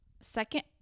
second